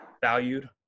valued